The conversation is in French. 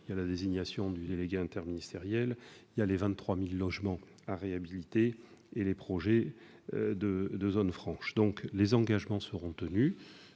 inclut la désignation du délégué interministériel, les 23 000 logements à réhabiliter et les projets de zones franches. J'y insiste, les engagements seront tenus,